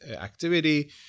activity